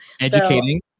Educating